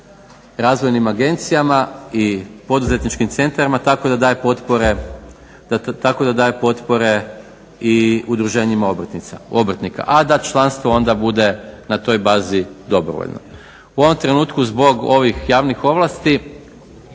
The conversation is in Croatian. razvojnim agencijama i poduzetničkim centrima tako da daje potpore i udruženjima obrtnika, a da članstvo onda bude na toj bazi dobrovoljnog. U ovom trenutku zbog ovih javnih ovlasti